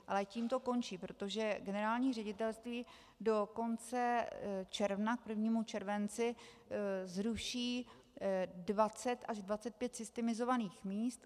Ale tím to končí, protože generální ředitelství do konce června, k 1. červenci, zruší 20 až 25 systemizovaných míst.